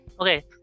Okay